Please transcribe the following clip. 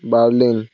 Berlin